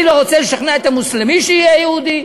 אני לא רוצה לשכנע את המוסלמי שיהיה יהודי,